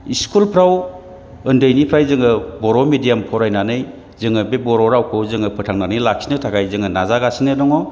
स्कुलफ्राव उन्दैनिफ्राय जोङो बर' मिडियाम फरायनानै जोङो बे बर' रावखौ जोङो फोथांनानै लाखिनो थाखाय जोङो नाजागासिनो दङ